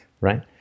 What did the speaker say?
right